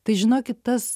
tai žinokit tas